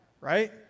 Right